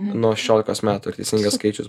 nuo šešiolikos metų ir teisingas skaičius